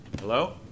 Hello